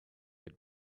had